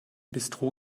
bistro